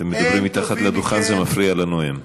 אתם מדברים מתחת לדוכן, זה מפריע לנואם.